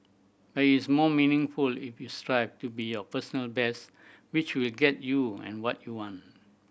but it is more meaningful if you strive to be your personal best which will get you and what you want